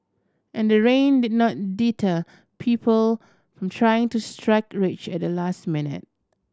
and the rain did not deter people from trying to strike rich at the last minute